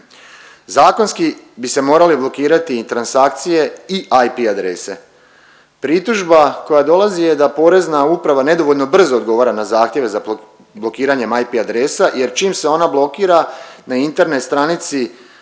Zakonski bi se morali blokirati i transakcije i IP adrese. Pritužba koja dolazi je da Porezna uprava nedovoljno brzo odgovara na zahtjeve za blokiranjem IP adresa jer čim se ona blokira na internet stranici